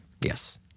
Yes